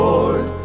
Lord